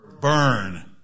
burn